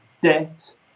debt